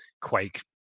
Quake